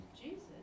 Jesus